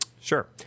Sure